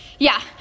Yeah